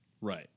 Right